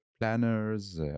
planners